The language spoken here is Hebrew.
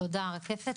תודה, רקפת.